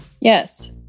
Yes